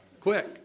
quick